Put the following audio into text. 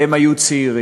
והם היו צעירים.